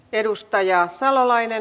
arvoisa puhemies